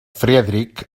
friedrich